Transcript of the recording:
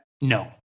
No